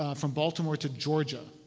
um from baltimore to georgia